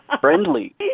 Friendly